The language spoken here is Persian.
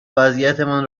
وضعیتمان